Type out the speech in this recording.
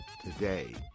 today